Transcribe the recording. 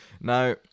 Now